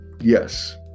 yes